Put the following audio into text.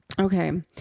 Okay